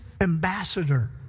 ambassador